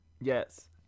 Yes